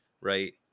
Right